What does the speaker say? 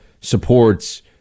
supports